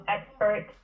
expert